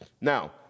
Now